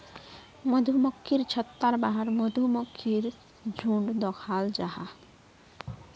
मधुमक्खिर छत्तार बाहर मधुमक्खीर झुण्ड दखाल जाहा